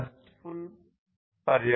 core